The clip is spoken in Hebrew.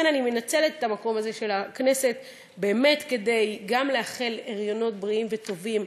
לכן אני מנצלת את המקום הזה של הכנסת גם כדי לאחל הריונות בריאים וטובים